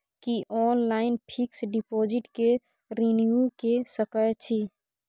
की online fix deposit के renew के सकै छी?